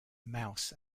mouse